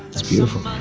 it's beautiful